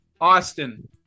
Austin